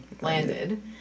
landed